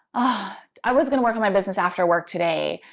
ah i was going to work on my business after work today,